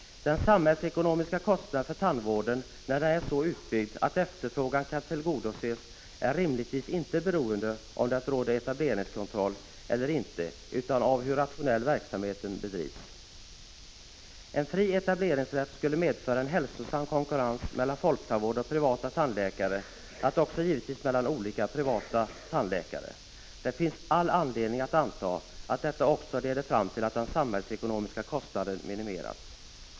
Den samhällsekonomiska kostnaden för tandvården när den är så utbyggd att efterfrågan kan tillgodoses är rimligtvis inte beroende av om det råder etableringskontroll eller inte, utan av hur rationellt verksamheten bedrivs. En fri etableringsrätt skulle medföra en hälsosam konkurrens mellan folktandvården och privata tandläkare och givetvis också mellan olika privata tandläkare. Det finns all anledning att anta att detta också leder fram till att den samhällsekonomiska kostnaden minimeras.